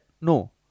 No